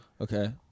okay